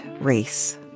race